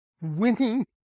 winning